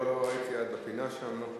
לא ראיתי עד הפינה שם.